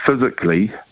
physically